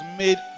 made